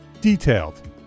Detailed